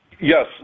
Yes